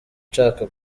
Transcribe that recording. nshaka